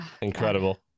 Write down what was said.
Incredible